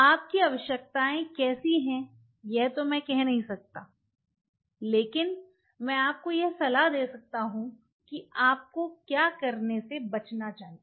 आपकी आवश्यकताएँ कैसी हैं यह तो कह नहीं सकते लेकिन मैं आपको यह सलाह दे सकता हूँ कि आप को क्या करने से बचना चाहिए